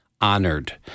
honored